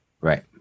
Right